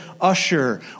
usher